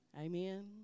Amen